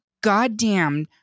Goddamn